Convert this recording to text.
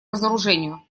разоружению